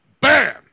bam